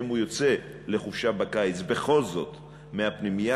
אם הוא יוצא בכל זאת לחופשה בקיץ מהפנימייה,